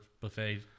buffet